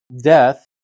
death